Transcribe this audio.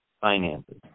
finances